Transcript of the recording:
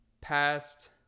past